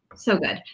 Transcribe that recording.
so good.